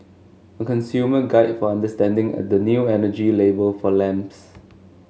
a consumer guide for understanding at the new energy label for lamps